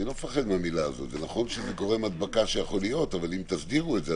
נכון שהיא גורם הדבקה שיכול להיות אבל אם תסדירו את זה,